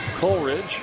Coleridge